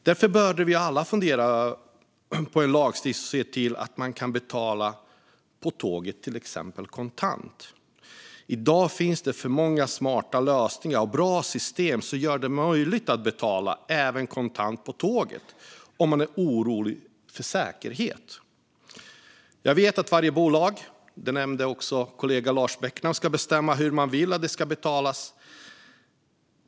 Därför behöver vi alla fundera över en lagstiftning som ser till att man kan betala kontant på till exempel tåget. I dag finns det många smarta lösningar och bra system som gör det möjligt att betala kontant även på tåget om man är orolig för säkerheten. Jag vet att varje bolag - det nämnde också kollegan Lars Beckman - ska bestämma hur det ska betalas.